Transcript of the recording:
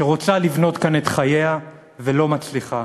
שרוצה לבנות כאן את חייה ולא מצליחה.